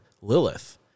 Lilith